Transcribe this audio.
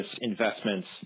investments